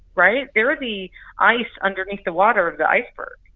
right? they're the ice underneath the water of the iceberg,